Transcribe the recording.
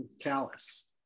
callous